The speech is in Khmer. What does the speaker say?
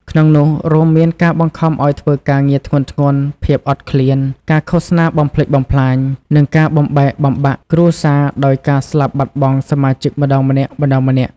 ក្នុងនោះរួមមានការបង្ខំឲ្យធ្វើការងារធ្ងន់ៗ ភាពអត់ឃ្លាន ការឃោសនាបំផ្លិចបំផ្លាញ និងការបែកបាក់គ្រួសារដោយការស្លាប់បាត់បង់សមាជិកម្តងម្នាក់ៗ។